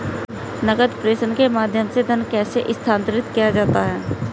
नकद प्रेषण के माध्यम से धन कैसे स्थानांतरित किया जाता है?